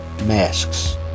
masks